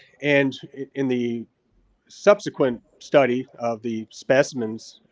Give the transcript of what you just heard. and in the subsequent study of the specimens,